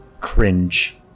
Cringe